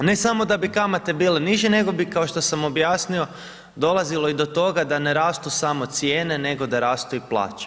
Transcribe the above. Ne samo da bi kamate bile niže nego bi kao što sam objasnio, dolazilo i do toga da ne rastu samo cijene, nego da rastu i plaće.